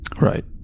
Right